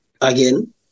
again